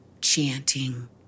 chanting